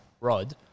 rod